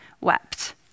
wept